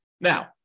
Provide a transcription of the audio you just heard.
Now